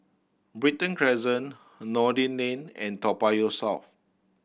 Brighton Crescent Noordin Lane and Toa Payoh South